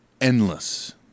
endless